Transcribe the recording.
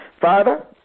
Father